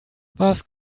was